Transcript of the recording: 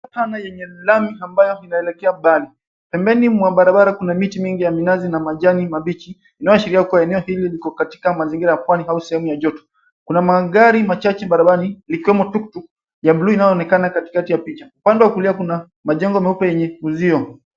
Pana yenye lami ambayo inaelekea mbali. Pembeni mwa barabara kuna miti mingi ya minazi na majani mabichi. Inayoashiria kuwa eneo hili liko katika mazingira ya pwani au sehemu ya joto. Kuna magari machache barabarani likiwemo tuktuk ya blue inayoonekana katikati ya picha. Upande wa kulia kuna majengo meupe yenye uzio.